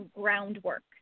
groundwork